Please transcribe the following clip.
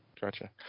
Gotcha